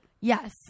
Yes